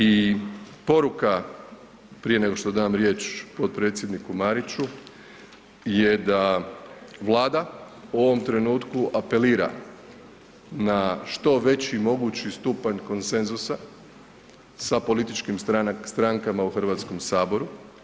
I poruka prije nego što dam riječ potpredsjedniku Mariću, je da Vlada u ovom trenutku apelira na što veći mogući stupanj konsenzusa sa političkim strankama u Hrvatskom saboru.